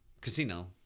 casino